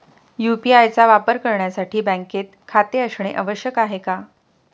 UPI चा वापर करण्यासाठी बँकेत खाते असणे गरजेचे आहे का?